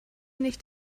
nicht